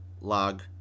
log